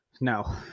No